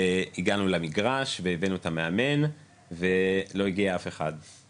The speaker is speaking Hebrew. הגענו למגרש והבאנו את המאמן ולא הגיע אף אחד,